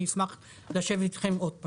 אני אשמח לשבת איתכם עוד פעם.